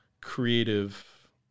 creative